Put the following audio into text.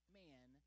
man